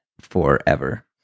forever